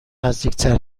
نزدیکتر